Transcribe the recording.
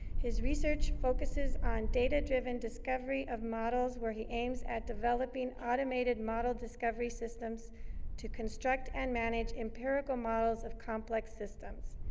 his research focuses on data-driven discovery of models, where he aims at developing automated model discovery systems to construct and manage empirical models of complex systems.